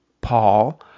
paul